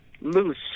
loose